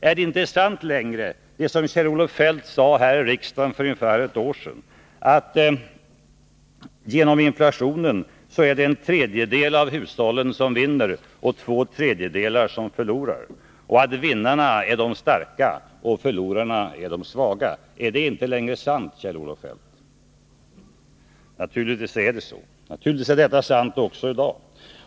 Är det inte sant längre, det som Kjell-Olof Feldt sade här i riksdagen för ungefär ett år sedan, att det är en tredjedel av hushållen som vinner på inflationen och två tredjedelar som förlorar och att vinnarna är de starka och förlorarna de svaga? Är det inte längre sant, Kjell-Olof Feldt? Naturligtvis är detta sant också i dag.